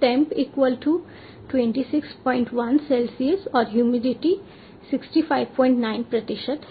temp equal to 261 Celsius और humidity 659 प्रतिशत है